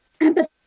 Empathy